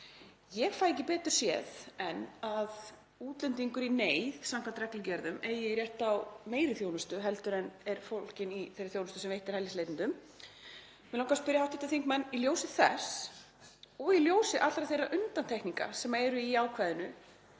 Ég fæ ekki betur séð en að útlendingur í neyð, samkvæmt reglugerðum, eigi rétt á meiri þjónustu en er fólgin í þeirri þjónustu sem veitt er hælisleitendum. Mig langar að spyrja hv. þingmann, í ljósi þess og í ljósi allra þeirra undantekninga sem eru í ákvæðinu